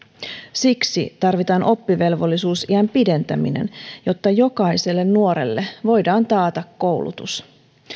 siksi tarvitaan oppivelvollisuusiän pidentäminen jotta jokaiselle nuorelle voidaan taata koulutus